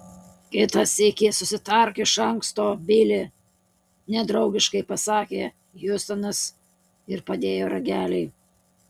kitą sykį susitark iš anksto bili nedraugiškai pasakė hjustonas ir padėjo ragelį